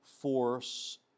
force